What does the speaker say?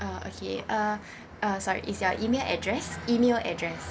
ah okay uh uh sorry is your email address email address